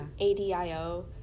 adio